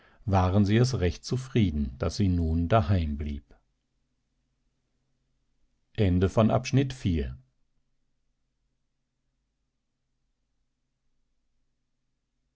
waren sie es recht zufrieden daß sie nun daheim blieb